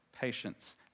patience